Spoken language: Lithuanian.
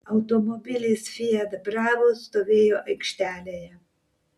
automobilis fiat bravo stovėjo aikštelėje